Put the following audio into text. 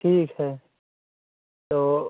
ठीक है तो